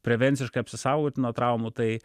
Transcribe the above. prevenciškai apsisaugoti nuo traumų tai